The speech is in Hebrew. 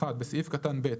(1)בסעיף קטן (ב),